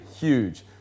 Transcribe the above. huge